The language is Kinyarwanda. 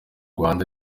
rwanda